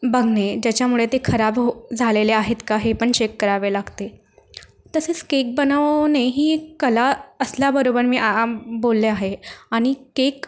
बघणे ज्याच्यामुळे ते खराब हो झालेले आहेत का हे पण चेक करावे लागते तसेच केक बनवणे ही कला असल्याबरोबर मी आ आम बोलले आहे आणि केक